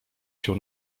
się